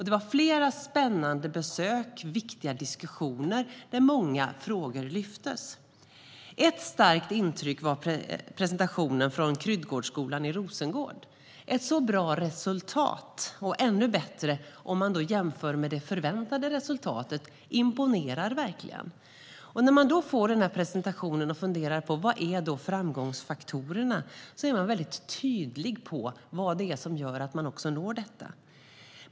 Det var flera spännande besök och viktiga diskussioner där många frågor lyftes upp. Ett starkt intryck var presentationen från Kryddgårdsskolan i Rosengård. Ett så bra resultat, som var ännu bättre om man jämför med det förväntade resultatet, imponerar verkligen. När man då får den presentationen funderar man över framgångsfaktorerna. De är tydliga med vad som gör att de når detta.